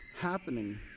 happening